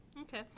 Okay